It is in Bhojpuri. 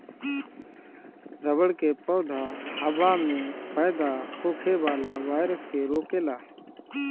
रबड़ के पौधा हवा में पैदा होखे वाला वायरस के रोकेला